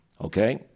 Okay